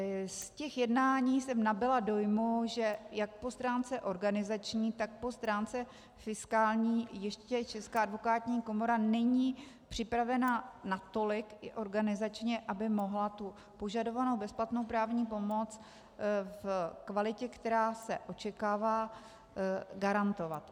Z jednání jsem nabyla dojmu, že jak po stránce organizační, tak po stránce fiskální ještě Česká advokátní komora není připravena natolik, i organizačně, aby mohla požadovanou bezplatnou právní pomoc v kvalitě, která se očekává, garantovat.